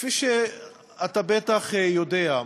כפי שאתה בטח יודע,